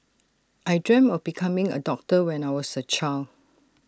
I dreamt of becoming A doctor when I was A child